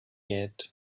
yet